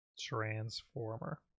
transformer